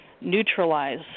neutralize